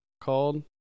called